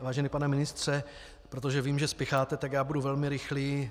Vážený pane ministře, protože vím, že spěcháte, tak budu velmi rychlý.